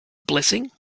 blessing